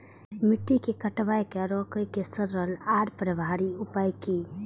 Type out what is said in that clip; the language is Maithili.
मिट्टी के कटाव के रोके के सरल आर प्रभावी उपाय की?